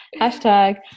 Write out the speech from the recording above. hashtag